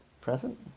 present